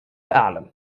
أعلم